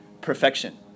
perfection